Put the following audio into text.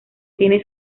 tiene